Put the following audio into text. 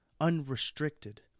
unrestricted